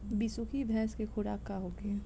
बिसुखी भैंस के खुराक का होखे?